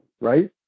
right